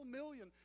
million